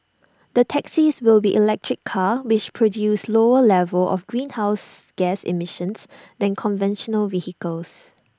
the taxis will be electric cars which produce lower levels of greenhouse gas emissions than conventional vehicles